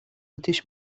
اتیش